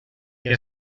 què